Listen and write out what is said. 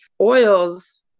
oils